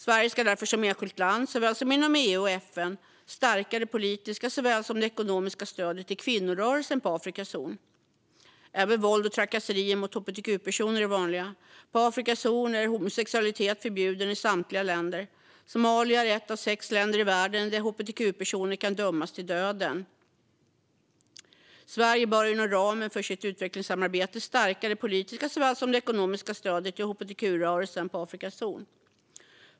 Sverige ska därför både som enskilt land och inom EU och FN stärka det politiska såväl som det ekonomiska stödet till kvinnorörelsen på Afrikas horn. Även våld och trakasserier mot hbtq-personer är vanligt. På Afrikas horn är homosexualitet förbjudet i samtliga länder, och Somalia är ett av sex länder i världen där hbtq-personer kan dömas till döden. Sverige bör inom ramen för sitt utvecklingssamarbete stärka det politiska såväl som det ekonomiska stödet till hbtq-rörelsen på Afrikas horn.